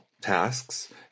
tasks